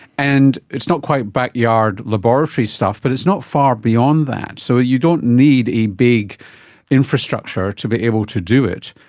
and it's not quite backyard laboratory stuff, but it's not far beyond that. so you don't need a big infrastructure to be able to do it.